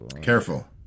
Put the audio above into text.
Careful